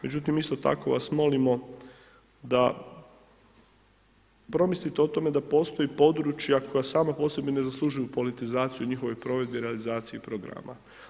Međutim, isto tako vas molimo, da promislite o tome, da postoje područja, koja sama po sebi ne zaslužuju politizaciju, njihove provedbe i realizaciju programa.